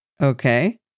Okay